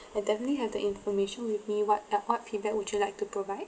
I definitely have the information with me what uh what feedback would you like to provide